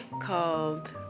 called